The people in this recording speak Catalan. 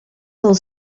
del